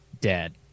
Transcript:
dead